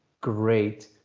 great